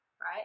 right